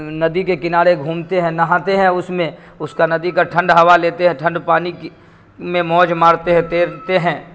ندی کے کنارے گھومتے ہیں نہاتے ہیں اس میں اس کا ندی کا ٹھنڈ ہوا لیتے ہیں ٹھنڈ پانی کی میں موج مارتے ہیں تیرتے ہیں